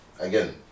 again